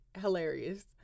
hilarious